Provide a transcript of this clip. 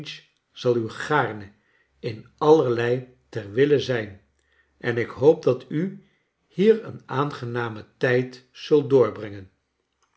zal u gaarne in allerlei ter wille zijn en ik hoop dat u hier een aangenamen tijd zult doorbrengen